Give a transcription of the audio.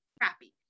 crappy